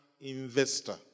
investor